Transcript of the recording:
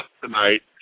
tonight